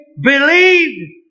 believed